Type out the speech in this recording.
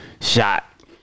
shot